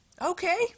Okay